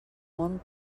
món